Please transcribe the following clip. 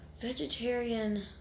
Vegetarian